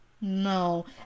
No